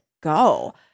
go